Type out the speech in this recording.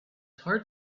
heart